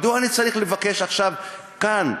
מדוע אני צריך לבקש עכשיו כאן,